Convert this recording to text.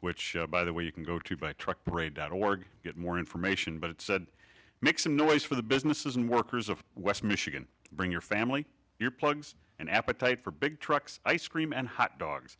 which by the way you can go to by truck parade dot org get more information but it said make some noise for the businesses and workers of west michigan bring your family your plugs and appetite for big trucks ice cream and hotdogs